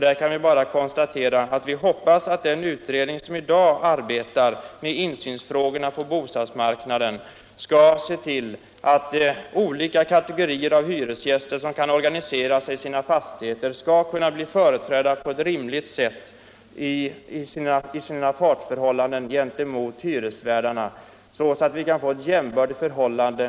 Där kan vi bara hoppas att den utredning som nu arbetar med insynsfrågorna på bostadsmarknaden skall se till att olika kategorier av hyresgäster som kan organisera sig i sina fastigheter skall kunna bli företrädda på ett rimligt sätt i sina partsförhållanden gentemot hyresvärdarna, så att det kan bli ett jämbördigt förhållande.